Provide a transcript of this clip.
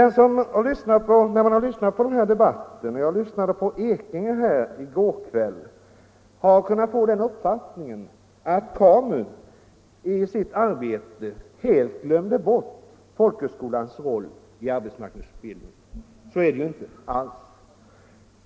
När man lyssnat till den här debatten — jag lyssnade på herr Ekinge i går kväll — har man kunnat få den uppfattningen att KAMU i sitt arbete helt glömde bort folkhögskolans roll i arbetsmarknadsutbildningen. Så är det ju inte alls.